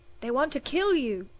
they want to kill you!